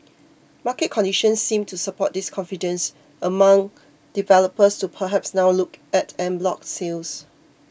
market conditions seems to support this confidence among developers to perhaps now look at en bloc sales